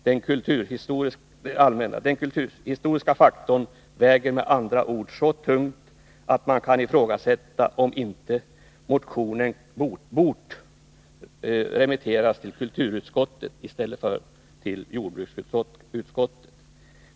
Den kulturhistoriska faktorn väger med andra ord så tungt att man kan ifrågasätta om inte motionen hade bort remitteras till kulturutskottet i stället för till jordbruksutskottet.